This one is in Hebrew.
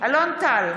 אלון טל,